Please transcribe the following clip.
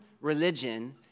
religion